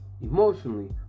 emotionally